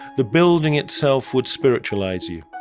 the building itself would spiritualize you